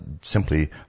simply